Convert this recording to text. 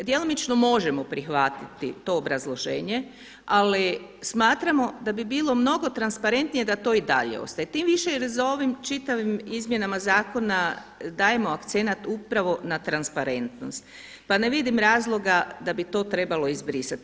Djelomično možemo prihvatiti to obrazloženje ali smatramo da bi bilo mnogo transparentnije da to i dalje ostaje tim više jer za ovim čitavim izmjenama zakona dajemo akcenat upravo na transparentnost pa ne vidim razloga da bi to trebalo izbrisati.